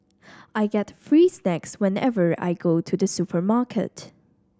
I get free snacks whenever I go to the supermarket